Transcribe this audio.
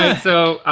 ah so,